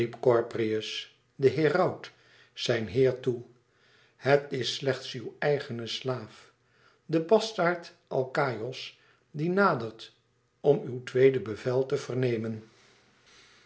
de heraut zijn heer toe het is slechts uw eigene slaaf de bastaard alkaïos die nadert om uw tweede bevel te vernemen